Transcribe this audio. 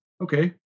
okay